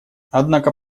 однако